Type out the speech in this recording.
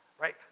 right